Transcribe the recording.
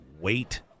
wait